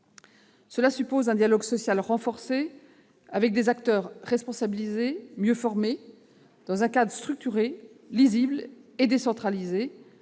Cela suppose un dialogue social renforcé, avec des acteurs responsabilisés et mieux formés, dans un cadre structuré, lisible et décentralisé.